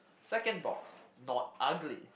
second box not ugly